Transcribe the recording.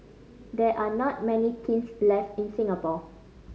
there are not many kilns left in Singapore